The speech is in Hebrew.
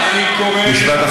בבקשה.